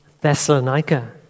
Thessalonica